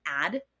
add